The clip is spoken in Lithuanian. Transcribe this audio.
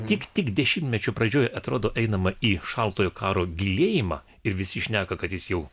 tik tik dešimtmečio pradžioje atrodo einama į šaltojo karo gilėjimą ir visi šneka kad jis jau